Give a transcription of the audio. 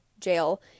jail